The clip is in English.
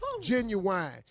Genuine